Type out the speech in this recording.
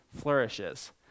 flourishes